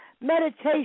meditation